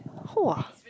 !wah!